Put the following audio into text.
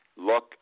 look